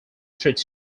through